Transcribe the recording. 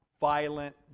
violent